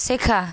শেখা